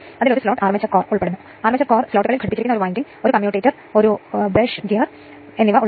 circuit സമീപമല്ല കാരണം അത് മനസ്സിലാക്കാവുന്നതും ആണ് Im 1 X m